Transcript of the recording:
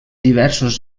diversos